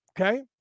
Okay